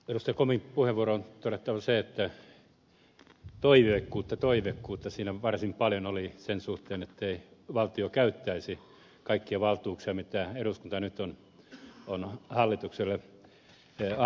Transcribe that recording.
komin puheenvuoroon on todettava se että toiveikkuutta toiveikkuutta siinä varsin paljon oli sen suhteen ettei valtio käyttäisi kaikkia valtuuksiaan mitä eduskunta nyt on hallitukselle antamassa